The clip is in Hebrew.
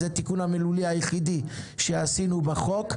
זה התיקון המילולי היחידי שעשינו בחוק,